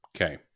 Okay